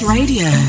Radio